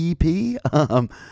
EP